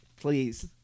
please